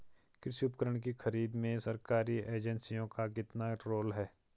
कृषि उपकरण की खरीद में सरकारी एजेंसियों का कितना रोल है?